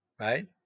right